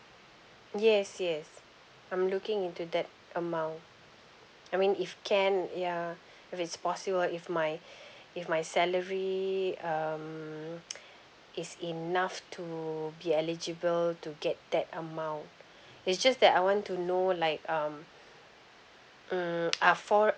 yes yes I'm looking into that amount I mean if can ya if it's possible if my if my salary um is enough to be eligible to get that amount it's just that I want to know like um mm are for